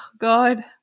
God